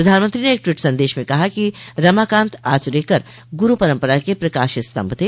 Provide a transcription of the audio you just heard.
प्रधानमंत्री ने एक ट्वीट संदेश में कहा कि रमाकांत आचरेकर गुरू परंपरा के प्रकाश स्तम्भ थे